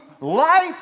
life